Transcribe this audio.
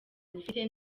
nyifite